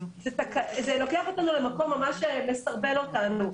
זה לוקח אותנו למקום שממש מסרבל אותנו.